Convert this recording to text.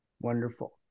Wonderful